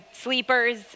sleepers